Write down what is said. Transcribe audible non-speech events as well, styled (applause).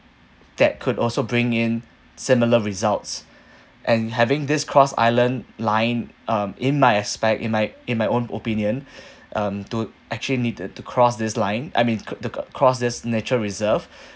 that could also bring in similar results (breath) and having this cross island line um in my aspect in my in my own opinion (breath) um to actually need to to cross this line I mean cro~ to cross this natural reserve (breath)